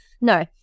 No